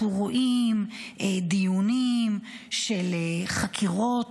אנחנו רואים דיונים של חקירות מפחידות.